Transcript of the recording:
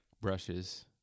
brushes